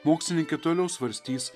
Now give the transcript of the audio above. mokslininkė toliau svarstys